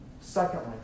Secondly